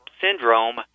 syndrome